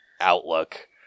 outlook